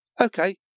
Okay